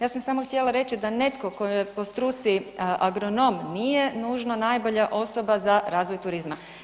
Ja sam samo htjela reći da netko ko je po struci agronom nije nužno najbolja osoba za razvoj turizma.